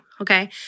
okay